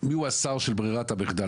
הוא השר של ברירת המחדל.